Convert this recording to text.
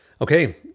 okay